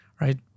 right